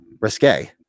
risque